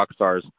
Rockstars